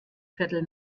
viertel